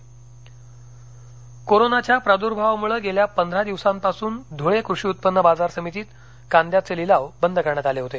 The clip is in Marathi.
कांदा धळे कोरोनाच्या प्रादुर्भावामुळे गेल्या पंधरा दिवसांपासून धुळे कृषी उत्पन्न बाजार समितीत कांद्याचे लिलाव बंद करण्यात आले होते